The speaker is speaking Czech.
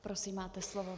Prosím, máte slovo.